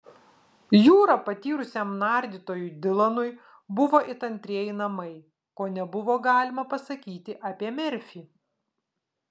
jūra patyrusiam nardytojui dilanui buvo it antrieji namai ko nebuvo galima pasakyti apie merfį